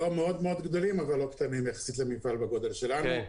לא מאוד-מאוד גדולים אבל לא קטנים יחסית למפעל בגודל שלנו.